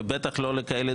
ובטח לא לכאלה.